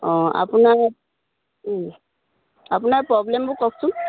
অঁ আপোনাৰ আপোনাৰ প্ৰব্লেমবোৰ কওকচোন